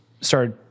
started